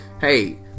hey